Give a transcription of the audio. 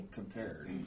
compared